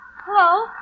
Hello